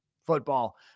football